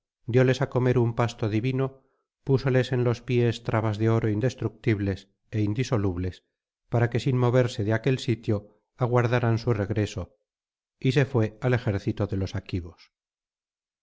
dióles á comer un pasto divino púsoles en los pies trabas de oro indestructibles é indisolubles para que sin moverse de aquel sitio aguardaran su regreso y se fué al ejército de los aquivos